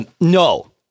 no